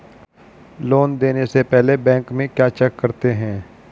Loan देने से पहले बैंक में क्या चेक करते हैं?